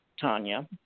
tanya